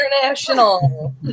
international